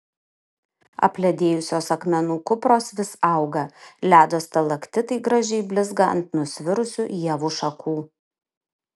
apledėjusios akmenų kupros vis auga ledo stalaktitai gražiai blizga ant nusvirusių ievų šakų